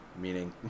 meaning